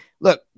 Look